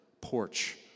porch